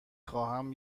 خواهم